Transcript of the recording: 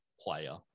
player